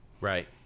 Right